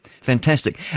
Fantastic